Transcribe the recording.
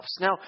Now